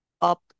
up